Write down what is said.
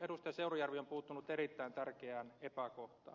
seurujärvi on puuttunut erittäin tärkeään epäkohtaan